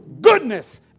goodness